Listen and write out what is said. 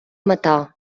мета